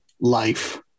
life